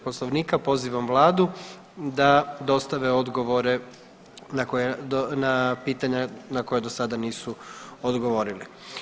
Poslovnika pozivam Vladu da dostave odgovore na pitanja na koja do sada nisu odgovorili.